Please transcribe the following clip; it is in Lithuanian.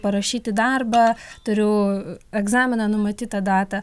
parašyti darbą turiu egzaminą numatytą datą